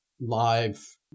live